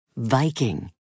Viking